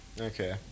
Okay